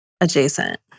adjacent